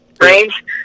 range